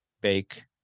bake